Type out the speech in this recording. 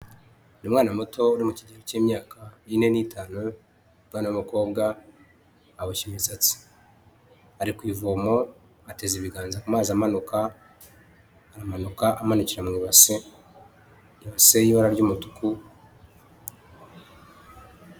Umwana muto uri mu kigero cy'imyaka ine n'itanu umwana w'umukobwa aboshye imisatsi, ari ku ivomo ateze ibiganza ku mazi amanuka, aramanuka amanukira mu ibase y'ibara ry'umutuku.